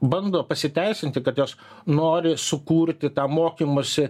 bando pasiteisinti kad jos nori sukurti tą mokymosi